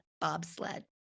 bobsled